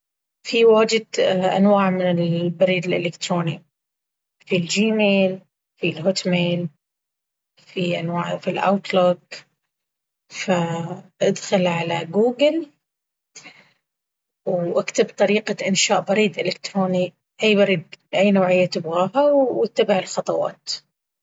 في واجد أنواع من البريد الإلكتروني في جي ميل في هوت ميل، في أنواع بالآوتلوك فإدخل على غوغل واكتب طريقة انشاء بريد الكتروني أي بريد أي نوعية تبغاها واتبع الخطوات.